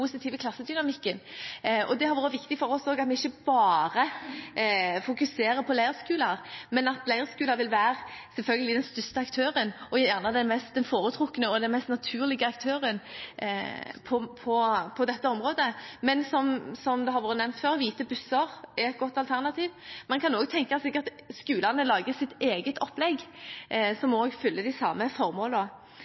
klassedynamikken. Det har også vært viktig for oss, at vi ikke bare fokuserer på leirskoler, men at leirskoler selvfølgelig vil være den største aktøren og gjerne den foretrukne og mest naturlige aktøren på dette området. Men – som har blitt nevnt før – Hvite busser er et godt alternativ. Man kan også tenke seg at skolene lager sitt eget opplegg som